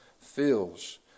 feels